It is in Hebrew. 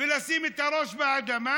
ולשים את הראש באדמה,